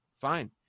fine